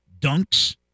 dunks